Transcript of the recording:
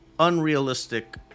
unrealistic